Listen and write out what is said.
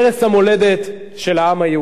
גם, בטייבה לא כבושים.